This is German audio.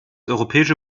europäische